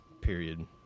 period